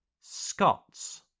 Scots